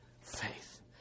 faith